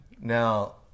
Now